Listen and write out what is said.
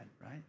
right